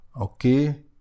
Okay